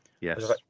Yes